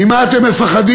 ממה אתם מפחדים?